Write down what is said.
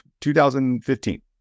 2015